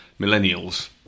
millennials